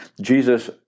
Jesus